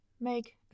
make